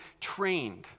trained